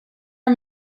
are